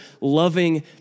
loving